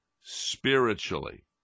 spiritually